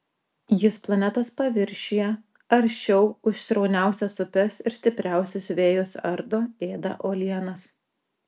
jis planetos paviršiuje aršiau už srauniausias upes ir stipriausius vėjus ardo ėda uolienas